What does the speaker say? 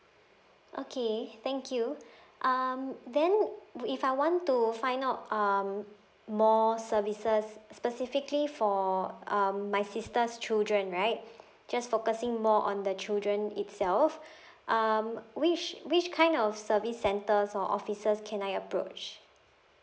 okay thank you um then if I want to find out um more services specifically for um my sister's children right just focusing more on the children itself um which which kind of service centres or offices can I approach